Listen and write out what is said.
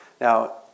Now